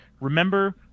remember